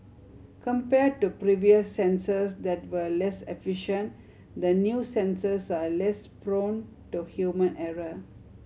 compared to previous sensors that were less efficient the new sensors are less prone to human error